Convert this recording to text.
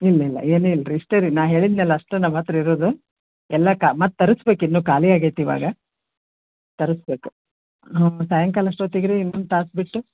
ಇಲ್ಲ ಇಲ್ಲ ಏನು ಇಲ್ರಿ ಇಷ್ಟೇ ರೀ ನಾನು ಹೇಳಿದ್ದೆನಲ್ಲ ಅಷ್ಟೇ ನಮ್ಮ ಹತ್ರ ಇರೋದು ಎಲ್ಲ ಕಾ ಮತ್ತು ತರ್ಸ್ಬೇಕು ಇನ್ನು ಖಾಲಿ ಆಗೈತೆ ಇವಾಗ ತರಿಸ್ಬೇಕು ಸಾಯಂಕಾಲ ಅಷ್ಟೊತ್ತಿಗೆ ರೀ ಇನ್ನೊಂದು ತಾಸು ಬಿಟ್ಟು